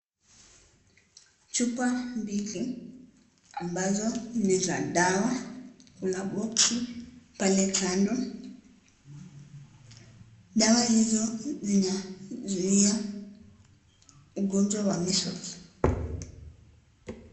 Chupa mbili ambazo ni za dawa kuna boxi pale kando, dawa hizo zinazuia, ugonjwa wa measles.